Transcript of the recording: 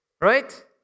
right